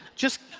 just.